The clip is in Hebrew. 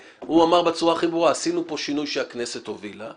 אמר בצורה הכי ברורה: עשינו פה שינוי שהכנסת הובילה,